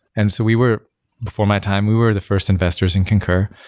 and so we were for my time, we were the first investors in concur,